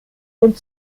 und